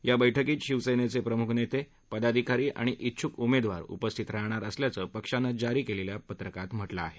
या बैठकीत शिवसेनेचे प्रमुख नेते पदाधिकारी आणि इच्छुक उमेदवार उपस्थित राहणार असल्याचं पक्षानं जारी केलेल्या पत्रकात म्हटलं आहे